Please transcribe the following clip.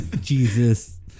jesus